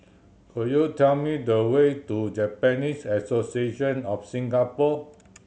could you tell me the way to Japanese Association of Singapore